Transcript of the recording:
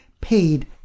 paid